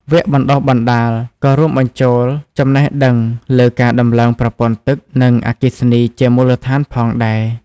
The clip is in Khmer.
វគ្គបណ្តុះបណ្តាលក៏រួមបញ្ចូលចំណេះដឹងលើការដំឡើងប្រព័ន្ធទឹកនិងអគ្គិសនីជាមូលដ្ឋានផងដែរ។